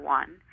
one